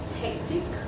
hectic